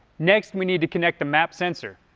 next, we need to connect the map sensor.